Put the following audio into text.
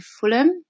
Fulham